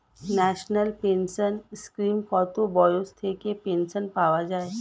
National pension স্কিমে কত বয়স থেকে পেনশন পাওয়া যায়?